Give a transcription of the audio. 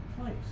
place